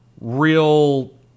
Real